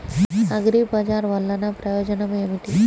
అగ్రిబజార్ వల్లన ప్రయోజనం ఏమిటీ?